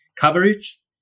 coverage